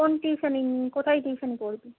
কোন টিউশন কোথায় টিউশন পড়বি